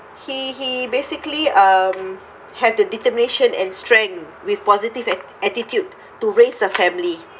he he basically um had the determination and strength with positive at~ attitude to raise the family